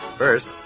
First